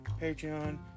patreon